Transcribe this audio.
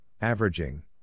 averaging